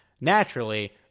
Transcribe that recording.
naturally